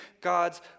God's